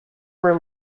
room